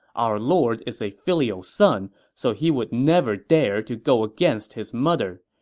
our lord is a filial son, so he would never dare to go against his mother.